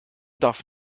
darf